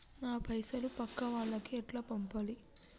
నా పైసలు పక్కా వాళ్లకి ఎట్లా పంపాలి?